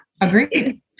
agreed